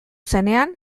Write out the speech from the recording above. zenean